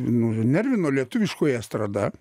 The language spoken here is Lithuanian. nu nervino lietuviškoji estrada